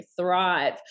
thrive